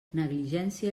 negligència